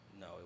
No